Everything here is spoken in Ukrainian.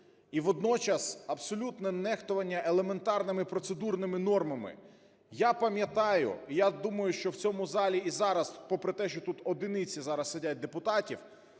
і водночас абсолютне нехтування елементарними процедурними нормами. Я пам’ятаю і думаю, що в цьому залі, і зараз, попри те, що тут одиниці тут зараз сидять депутатів,